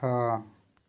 छः